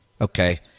Okay